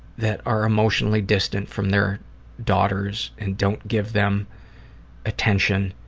that are emotionally distant from their daughters and don't give them attention,